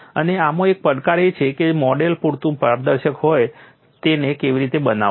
અને આમાં એક પડકાર એ છે કે જે મોડેલ પૂરતું પારદર્શક હોય તેને કેવી રીતે બનાવવું